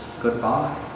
goodbye